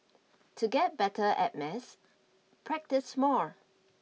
to get better at maths practice more